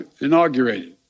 inaugurated